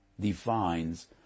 defines